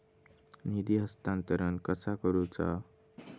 निधी हस्तांतरण कसा करुचा?